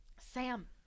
Sam